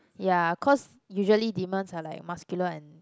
ya cause usually demons are like muscular and